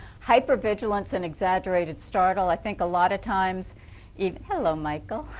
hypervigilance and exaggerated startle. i think a lot of times you know hello, michael.